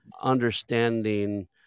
understanding